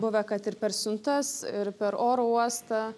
buvę kad ir per siuntas ir per oro uostą